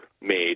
made